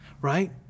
Right